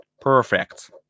Perfect